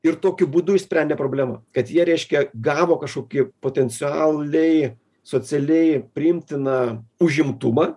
ir tokiu būdu išsprendė problemą kad jie reiškia gavo kažkokį potencialiai socialiai priimtiną užimtumą